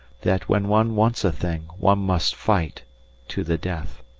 that when one wants a thing one must fight to the death.